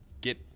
get